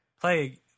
play